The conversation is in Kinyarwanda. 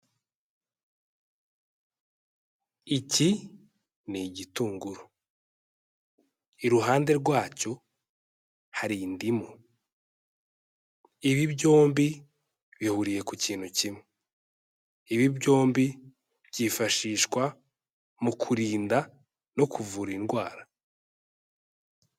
Iki ni igitunguru, iruhande rwacyo hari indimu, ibi byombi bihuriye ku kintu kimwe, ibi byombi byifashishwa mu kurinda no kuvura indwara.